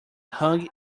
hung